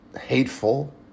hateful